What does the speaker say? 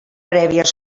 prèvia